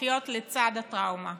לחיות לצד הטראומה,